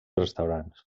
restaurants